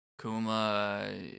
Kuma